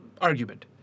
argument